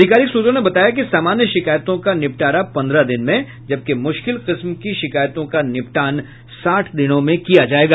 अधिकारिक सूत्रों ने बताया कि सामान्य शिकायतों का निपटारा पंद्रह दिन में जबकि मुश्किल किस्म के शिकायतों का निपटान साठ दिनों में किया जायेगा